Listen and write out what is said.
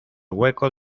hueco